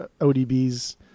ODB's